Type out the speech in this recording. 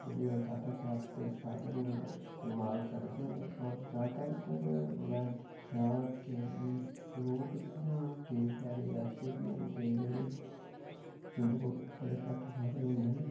जेह्ड़े एह् यातायात दे साधन इस्तमाल करदे न होर ज्यादात्तर में दिक्खेआ के लोक जियां केईं बारी ऐसे बी होंदे न जेह्ड़े इंदे कोल बड़े घट्ट साधन होंदे न